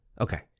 Okay